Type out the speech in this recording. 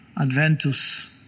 Adventus